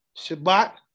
Shabbat